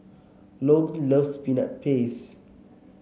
Logan loves Peanut Paste